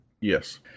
Yes